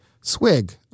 Swig